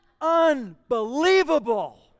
Unbelievable